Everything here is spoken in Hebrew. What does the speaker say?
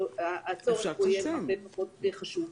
הצורך יהיה הרבה פחות חשוב.